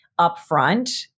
upfront